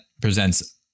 presents